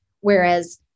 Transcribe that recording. Whereas